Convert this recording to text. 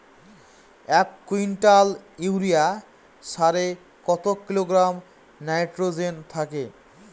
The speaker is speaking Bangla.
এক কুইন্টাল ইউরিয়া সারে কত কিলোগ্রাম নাইট্রোজেন থাকে?